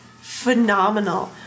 phenomenal